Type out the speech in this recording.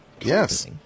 Yes